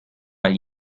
agli